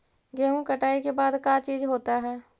गेहूं कटाई के बाद का चीज होता है?